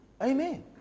Amen